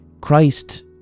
Christ